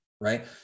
Right